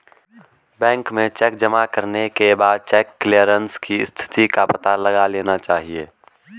bank में cheque जमा करने के बाद चेक क्लेअरन्स की स्थिति का पता लगा लेना चाहिए